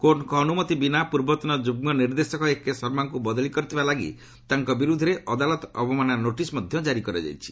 କୋର୍ଟଙ୍କ ଅନୁମତି ବିନା ପୂର୍ବତନ ଯୁଗ୍ମ ନିର୍ଦ୍ଦେଶକ ଏକେ ଶର୍ମାଙ୍କୁ ବଦଳି କରିଥିବା ଲାଗି ତାଙ୍କ ବିରୁଦ୍ଧରେ ଅଦାଲତ ଅବମାନନା ନୋଟିସ୍ ମଧ୍ୟ ଜାରି କରାଯାଇଛି